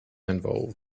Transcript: involved